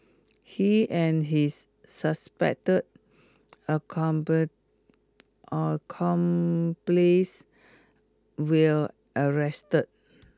he and his suspected accomplice will arrested